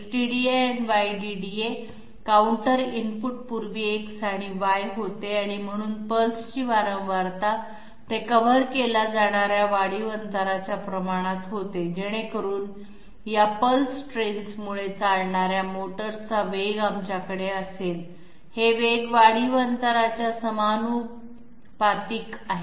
X DDA आणि Y DDA counter input पूर्वी X आणि Y होते आणि म्हणून पल्सची फिक्वेन्सी ते कव्हर केल्या जाणार्या वाढीव अंतराच्या प्रमाणात होते जेणेकरून या पल्स ट्रेन्समुळे चालणाऱ्या मोटर्सचा वेग आमच्याकडे असेल हे वेग वाढीव अंतराच्या समानुपातिक आहेत